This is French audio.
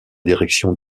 direction